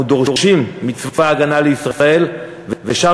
אנחנו דורשים מצבא הגנה לישראל ומשאר